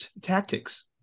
tactics